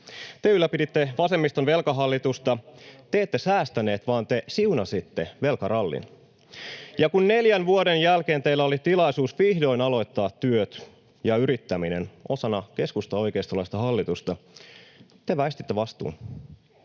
ylläpiditte vasemmiston velkahallitusta. Te ette säästäneet vaan te siunasitte velkarallin, ja kun neljän vuoden jälkeen teillä oli tilaisuus vihdoin aloittaa työt ja yrittäminen osana keskustaoikeistolaista hallitusta, te väistitte vastuun.